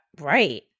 right